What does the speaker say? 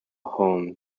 home